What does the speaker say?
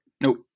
nope